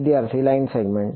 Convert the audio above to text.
વિદ્યાર્થી line segment